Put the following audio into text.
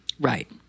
Right